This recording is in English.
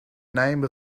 name